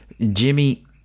Jimmy